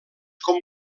com